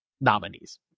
nominees